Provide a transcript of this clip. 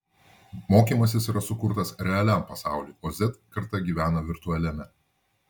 mokymasis yra sukurtas realiam pasauliui o z karta gyvena virtualiame